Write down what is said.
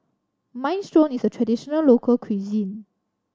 minestrone is a traditional local cuisine